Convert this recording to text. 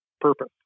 purpose